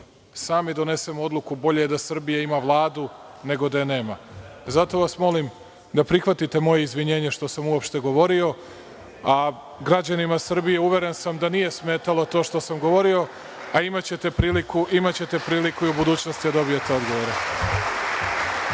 sami donesemo odluku – bolje da Srbija ima Vladu nego da je nema. Zato vas molim da prihvatite moje izvinjenje što sam uopšte govorio, a uveren sam da građanima Srbije nije smetalo to što sam govorio. Imaćete prilike da i u budućnosti dobijete odgovore.